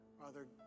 Father